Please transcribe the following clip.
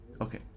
Okay